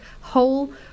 whole